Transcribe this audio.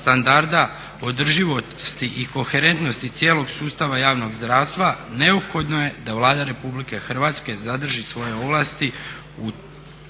standarda, održivosti i koherentnosti cijelog sustava javnog zdravstva, neophodno je da Vlada Republike Hrvatske zadrži svoje ovlasti o tijeku